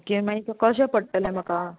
किद्या मागीर कशे पडटलें म्हाका